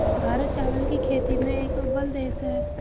भारत चावल की खेती में एक अव्वल देश है